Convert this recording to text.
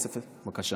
בבקשה.